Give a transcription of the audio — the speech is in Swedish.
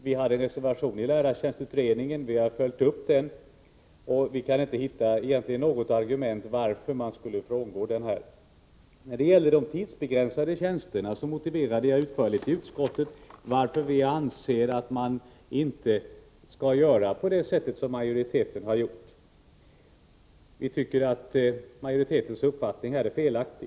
Vi har följt upp den reservation som vi avgav i lärartjänstutredningen. Något egentligt argument för att frångå den har vi inte hittat. I fråga om de tidsbegränsade tjänsterna motiverade jag utförligt i utskottet varför vi anser att man inte bör göra så som majoriteten har gjort. Vi tycker att majoritetens uppfattning är felaktig.